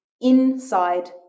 inside